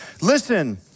Listen